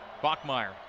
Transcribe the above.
Bachmeyer